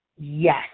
yes